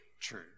true